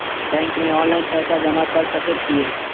Bank में online पैसा जमा कर सके छीये?